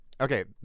Okay